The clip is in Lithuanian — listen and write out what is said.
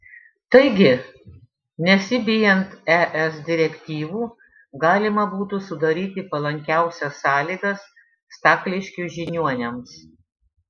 taigi nesibijant es direktyvų galima būtų sudaryti palankiausias sąlygas stakliškių žiniuoniams